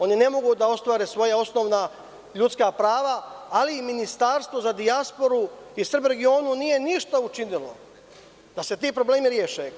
Oni ne mogu da ostvare svoja osnovna ljudska prava, ali Ministarstvo za dijasporu i Srbe u regionu nije ništa učinilo da se ti problemi reše.